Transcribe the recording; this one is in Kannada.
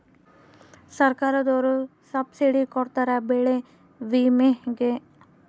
ಸರ್ಕಾರ್ದೊರು ಸಬ್ಸಿಡಿ ಕೊಡ್ತಾರ ಬೆಳೆ ವಿಮೆ ಗೇ